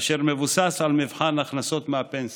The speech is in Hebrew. אשר מבוסס על מבחן הכנסות מהפנסיה.